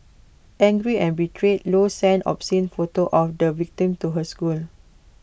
angry and betrayed low sent obscene photos of the victim to her school